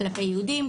כלפי יהודים,